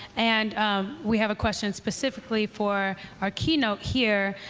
and we have a question specifically for our keynote here.